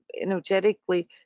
energetically